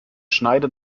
schneide